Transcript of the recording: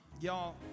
Y'all